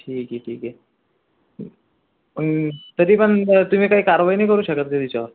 ठीक आहे ठीक आहे तरी पण तुम्ही काही कारवाई नाही का करू शकत काही त्याच्यावर